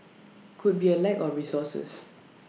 could be A lack of resources